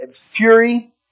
fury